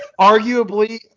arguably